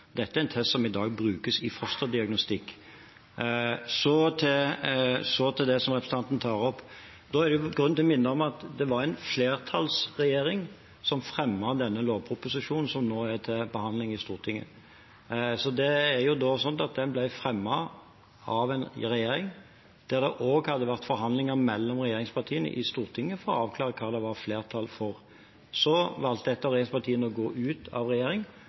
Dette er en test som i dag brukes i fosterdiagnostikk. Så til det som representanten tar opp. Da er det grunn til å minne om at det var en flertallsregjering som fremmet denne lovproposisjonen som nå er til behandling i Stortinget. Den ble fremmet av en regjering der det også hadde vært forhandlinger mellom regjeringspartiene i Stortinget for å avklare hva det var flertall for. Så valgte et av regjeringspartiene å gå ut av regjering,